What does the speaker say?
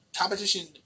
competition